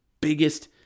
biggest